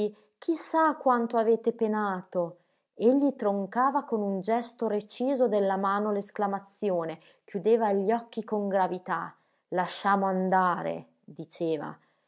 sa quanto avete penato egli troncava con un gesto reciso della mano l'esclamazione chiudeva gli occhi con gravità lasciamo andare diceva